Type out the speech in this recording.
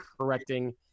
correcting